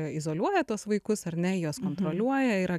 izoliuoja tuos vaikus ar ne juos kontroliuoja yra